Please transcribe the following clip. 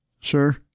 Sure